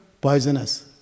poisonous